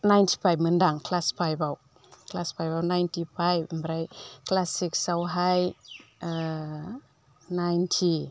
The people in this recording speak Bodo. नाइन्टि फाइभमोन्दां क्लास फाइभआव क्लास फाइभआव नाइन्टि फाइभ ओमफ्राय क्लास सिक्सआवहाय नाइन्टि